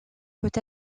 peut